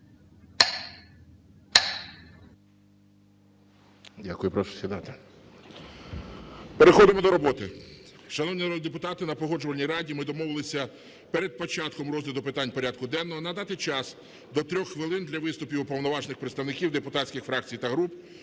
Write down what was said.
Дякую. Прошу сідати. Переходимо до роботи. Шановні народні депутати, на Погоджувальній раді ми домовилися перед початком розгляду питань порядку денного надати час до трьох хвилин для виступів уповноважених представників депутатських фракцій та груп.